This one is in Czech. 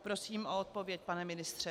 Prosím o odpověď, pane ministře.